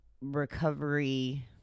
recovery